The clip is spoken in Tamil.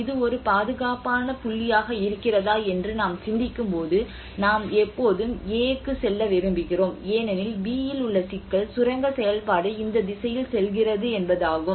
இது ஒரு பாதுகாப்பான புள்ளியாக இருக்கிறதா என்று நாம் சிந்திக்கும்போது நாம் எப்போதும் A க்கு செல்ல விரும்புகிறோம் ஏனெனில் B இல் உள்ள சிக்கல் சுரங்க செயல்பாடு இந்த திசையில் செல்கிறது என்பது ஆகும்